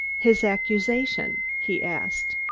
his accusation? he asked.